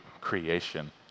creation